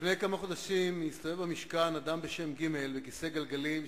לפני כמה חודשים הסתובב במשכן אדם בשם ג' בכיסא גלגלים,